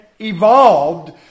evolved